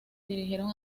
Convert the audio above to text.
dirigieron